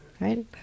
right